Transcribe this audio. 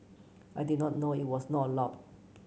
I did not know it was not allowed